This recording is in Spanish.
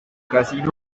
casino